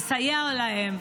ולסייע להם.